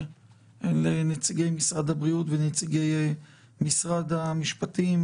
ואחר כך נפנה לנציגי משרד הבריאות ונציגי משרד המשפטים